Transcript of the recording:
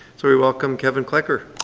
so we welcome kevin klecker.